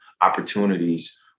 opportunities